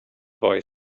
boy